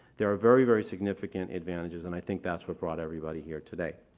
there are very, very significant advantages and i think that's what brought everybody here today.